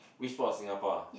which part of Singapore ah